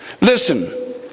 Listen